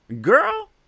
Girl